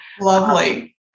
Lovely